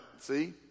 See